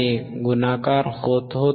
1 गुणाकार होत होता